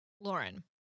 Lauren